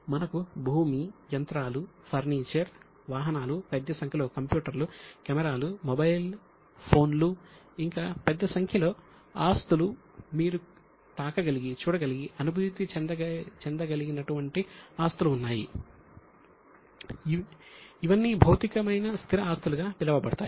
మనకు భూమి యంత్రాలు ఫర్నిచర్ వాహనాలు పెద్ద సంఖ్యలో కంప్యూటర్లు కెమెరాలు మొబైల్ ఫోన్లు ఇంకా పెద్ద సంఖ్యలో ఆస్తులు మీరు తాకగలిగి చూడగలిగి అనుభూతి చెందగలిగినటువంటి ఆస్తులు ఉన్నాయి ఇవన్నీభౌతికమైన స్థిర ఆస్తులుగా పిలువబడతాయి